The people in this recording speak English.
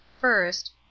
first